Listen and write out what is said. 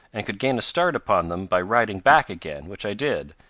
and could gain a start upon them by riding back again, which i did,